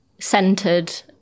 centered